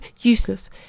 useless